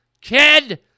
Kid